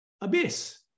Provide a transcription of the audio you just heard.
abyss